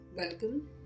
Welcome